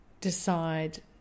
decide